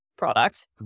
product